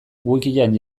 wikian